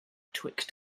twixt